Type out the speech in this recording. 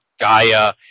Gaia